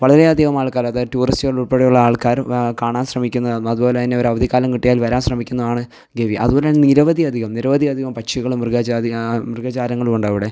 വളരെ അധികം ആൾക്കാരത് ടൂറിസ്റ്റുകളുൾപ്പെടെയുള്ള ആൾക്കാരും കാണാൻ ശ്രമിക്കുന്ന അതുപോലെ തന്നെ ഒരവധിക്കാലം കിട്ടിയാൽ വരാൻ ശ്രമിക്കുന്നതാണ് ഗവി അതുപോലെ നിരവധി അധികം നിരവധി അധികം പക്ഷികളും മൃഗജാതി മൃഗജാലങ്ങളും ഉണ്ടവിടെ